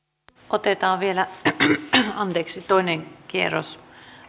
otetaan vielä toinen kierros